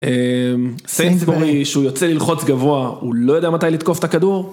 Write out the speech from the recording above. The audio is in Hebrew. סיינסבורי, שהוא יוצא ללחוץ גבוה, הוא לא יודע מתי לתקוף את הכדור.